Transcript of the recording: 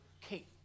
Kate